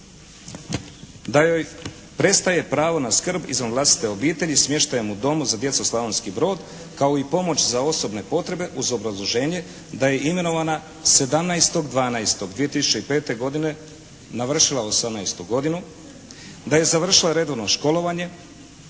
da joj prestaje pravo na skrb izvan vlastite obitelji smještajem u Domu za djecu Slavonski Brod, kao i pomoć za osobne potrebe uz obrazloženje da je imenovana 17.12.2005. godine navršila 18. godinu, da je završila redovno školovanje